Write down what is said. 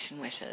wishes